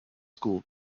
school